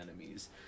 enemies